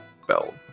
spell